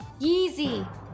Yeezy